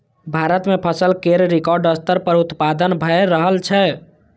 भारत मे फसल केर रिकॉर्ड स्तर पर उत्पादन भए रहल छै